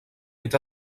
est